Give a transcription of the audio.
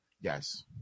Yes